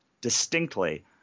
distinctly